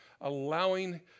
allowing